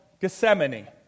Gethsemane